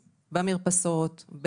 במרפסות,